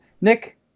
Nick